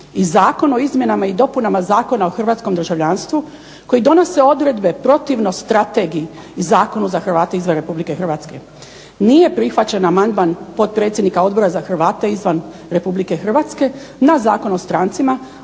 i Zakon o izmjenama i dopunama Zakona o Hrvatskom državljanstvu koji donose odredbe protivno strategiji Zakona za Hrvate izvan Republike Hrvatske. Nije prihvaćen amandman potpredsjednika Odbora za Hrvate izvan Republike Hrvatske na zakon o strancima